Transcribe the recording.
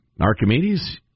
Archimedes